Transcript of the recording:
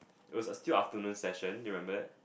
it was a still afternoon session remember that